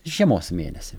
žiemos mėnesį